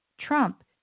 Trump